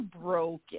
broken